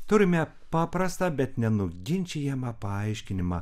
turime paprastą bet nenuginčijamą paaiškinimą